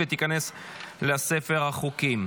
אין מתנגדים.